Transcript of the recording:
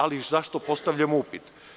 Ali, zašto postavljam upit?